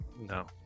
No